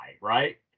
right